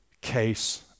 case